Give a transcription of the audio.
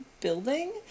building